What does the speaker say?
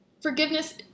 forgiveness